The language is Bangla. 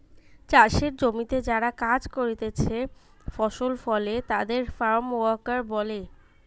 চাষের জমিতে যারা কাজ করতিছে ফসল ফলে তাদের ফার্ম ওয়ার্কার বলে